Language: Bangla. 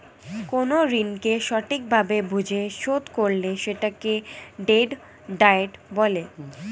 কোন ঋণকে সঠিক ভাবে বুঝে শোধ করলে সেটাকে ডেট ডায়েট বলে